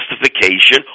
justification